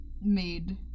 Made